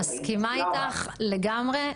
אני מסכימה איתך לגמרי.